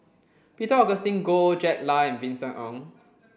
Peter Augustine Goh Jack Lai and Vincent Ng